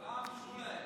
אבל רע"מ אישרו להם.